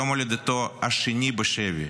זהו יום הולדתו השני בשבי.